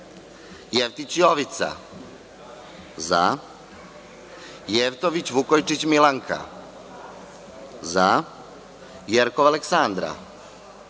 zaJevtić Jovica – zaJevtović – Vukojičić Milanka – zaJerkov Aleksandra